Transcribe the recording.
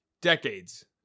decades